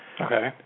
Okay